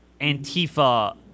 Antifa